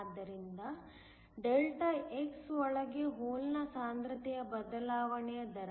ಆದ್ದರಿಂದ Δx ಒಳಗೆ ಹೋಲ್ನ ಸಾಂದ್ರತೆಯ ಬದಲಾವಣೆಯ ದರ